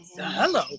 Hello